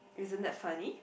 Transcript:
isn't that funny